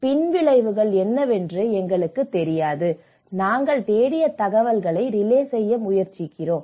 பின்விளைவுகள் என்னவென்று எங்களுக்குத் தெரியாது நாங்கள் தேடிய தகவல்களை ரிலே செய்ய முயற்சிக்கிறோம்